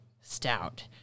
stout